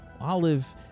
Olive